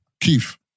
Keith